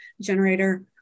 generator